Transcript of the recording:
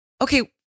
Okay